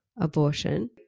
abortion